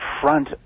front